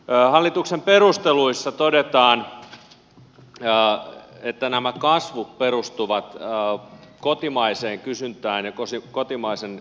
hallituksen perusteluissa todetaan että nämä kasvut perustuvat kotimaiseen kysyntään ja kotimaiseen kulutukseen